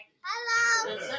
Hello